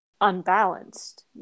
unbalanced